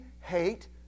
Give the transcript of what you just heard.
hate